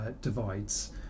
divides